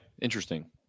interesting